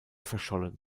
verschollen